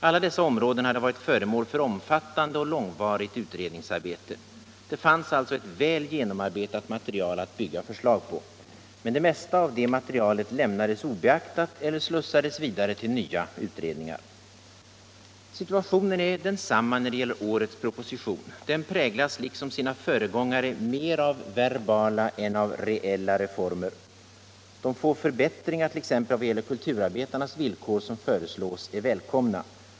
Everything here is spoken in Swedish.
Alla dessa områden hade varit föremål för omfattande och långvarigt utredningsarbete. Det fanns alltså ett väl genomarbetat material att bygga förslag på. Men det mesta av detta material lämnades obeaktat eHer slussades vidare till nya utredningar. Situationen är densamma när det gäller årets proposition. Den präglas liksom sina föregångare mer av verbala än av reella reformer. De få förbättringar, t.ex. I vad gäller kulturarbetarnas villkor, som föreslås är välkomna.